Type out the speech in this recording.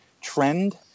Trend